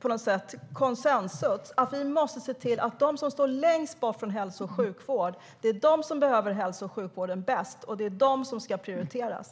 fram till konsensus och se till dem som står längst bort från hälso och sjukvården. Det är de som behöver vården bäst, och det är de som ska prioriteras.